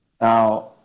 Now